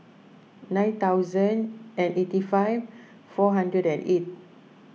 nine thousand and eighty five four hundred and eight